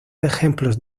ejemplos